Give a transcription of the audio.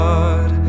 God